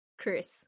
Chris